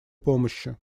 помощи